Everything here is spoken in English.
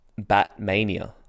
Batmania